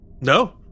No